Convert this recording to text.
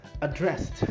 addressed